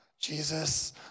Jesus